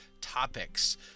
topics